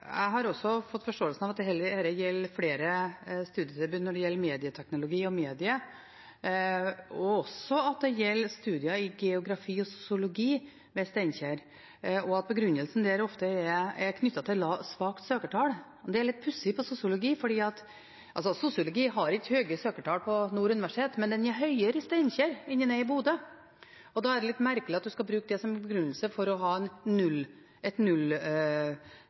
Jeg har fått forståelsen av at dette gjelder flere studietilbud innen medieteknologi og medier, at det også gjelder studier i geografi og sosiologi i Steinkjer, og at begrunnelsen der ofte er knyttet til svake søkertall. Det er litt pussig når det gjelder sosiologi, for sosiologi har ikke høye søkertall ved Nord universitet, men de er høyere i Steinkjer enn i Bodø, og da er det litt merkelig at man skal bruke det som begrunnelse for å ha et nullopptak i Steinkjer. Sjøl om dette ikke trenger å ha en